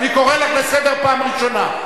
אני קורא אותך לסדר פעם ראשונה.